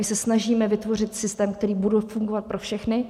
My se snažíme vytvořit systém, který bude fungovat pro všechny.